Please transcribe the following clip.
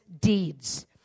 deeds